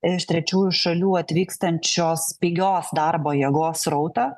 iš trečiųjų šalių atvykstančios pigios darbo jėgos srautą